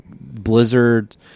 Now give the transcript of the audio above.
Blizzard